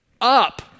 up